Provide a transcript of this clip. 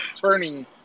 turning